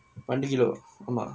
பன்னென்டு:panaendu kilograms ஆமா:aamaa